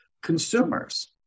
Consumers